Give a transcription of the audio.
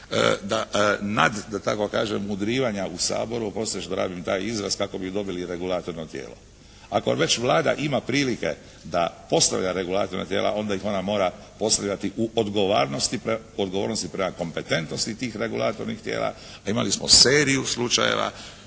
nad da tako kažem mudrivanja u Saboru. Oprostite što rabim taj izraz, kako bi dobili regulatorno tijelo. Ako već Vlada ima prilike da postavlja regulatorna tijela onda ih ona mora postavljati u odgovornosti prema kompetentnosti tih regulatornih tijela a imali smo seriju slučajeva,